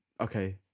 Okay